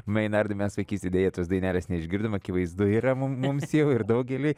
meinardai mes vaikystėj deja tos dainelės neišgirdom akivaizdu yra mum mums jau ir daugeliui